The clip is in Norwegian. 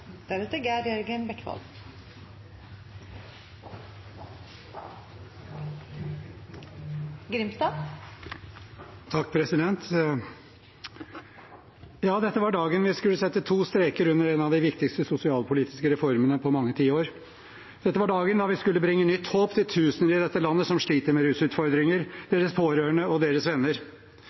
Dette var dagen da vi skulle sette to streker under en av de viktigste sosialpolitiske reformene på mange tiår. Dette var dagen da vi skulle bringe nytt håp til tusener i dette landet som sliter med rusutfordringer, til deres pårørende og deres venner.